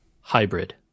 Hybrid